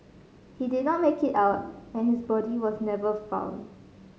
he did not make it out and his body was never found